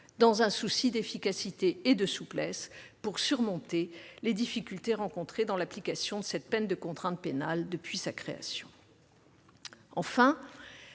dans un souci d'efficacité et de souplesse, pour surmonter les difficultés rencontrées dans l'application de cette peine de contrainte pénale depuis sa création. Enfin,